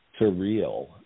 surreal